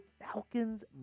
Falcons